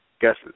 guesses